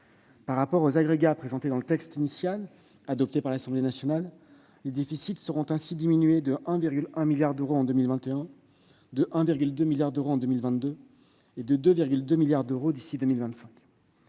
Par rapport aux agrégats figurant dans le texte initial, qui ont été adoptés par l'Assemblée nationale, le déficit serait ainsi diminué de 1,1 milliard d'euros en 2021, de 1,2 milliard d'euros en 2022 et de 2,2 milliards d'euros en 2025.